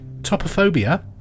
topophobia